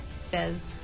says